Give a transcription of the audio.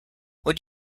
would